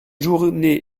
journées